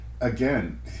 again